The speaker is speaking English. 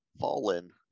Fallen